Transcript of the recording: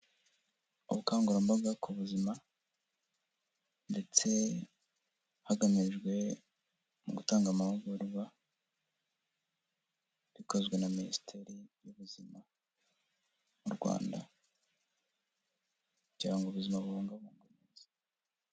Ubukangurambaga ku buzima ndetse hagamijwe mu gutanga amahugurwa, bikozwe na minisiteri y'ubuzima mu Rwanda kugirango ubuzima bubungabungwe.